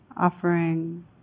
offering